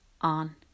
on